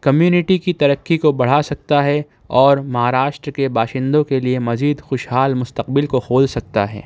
community کی ترقی کو بڑھا سکتا ہے اور مہاراشٹر کے باشندوں کے لیے مزید خوشحال مستقبل کو کھول سکتا ہے